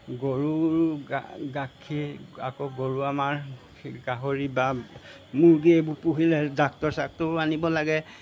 গৰুৰ গাখীৰ আকৌ গৰু আমাৰ গাহৰি বা মুৰ্গী এইবোৰ পুহিলে ডাক্টৰ চাক্টৰো আনিব লাগে